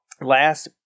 last